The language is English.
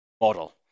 model